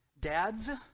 Dads